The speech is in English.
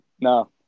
No